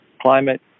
climate